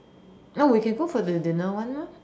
oh we can go for the dinner one lah